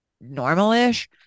normal-ish